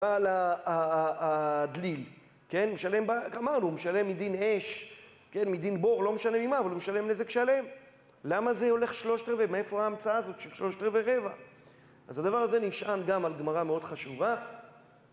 ...על הדליל, כן? אמרנו, הוא משלם מדין אש, כן, מדין בור, לא משנה ממה, אבל הוא משלם נזק שלם. למה זה הולך שלושת רבעי? מאיפה ההמצאה הזאת של שלושת רבעי רבע? אז הדבר הזה נשען גם על גמרא מאוד חשובה